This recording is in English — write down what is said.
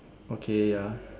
okay ya